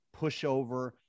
pushover